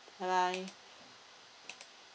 bye bye